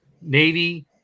Navy